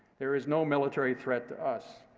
there is no military threat to us.